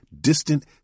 distant